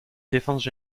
défense